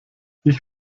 ich